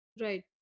right